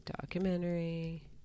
documentary